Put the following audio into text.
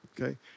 Okay